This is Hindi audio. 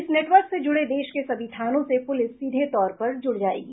इस नेटवर्क से जुड़े देश के सभी थानों से पुलिस सीधे तौर पर जुड़ जायेगी